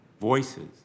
voices